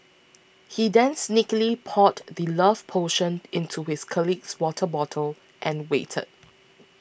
he then sneakily poured the love potion into his colleague's water bottle and waited